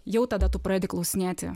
jau tada tu pradedi klausinėti